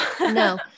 no